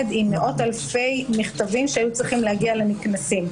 עם מאות אלפי מכתבים שהיו צריכים להגיע לנקנסים.